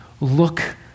look